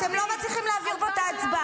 אתם לא מצליחים להעביר פה את ההצבעה.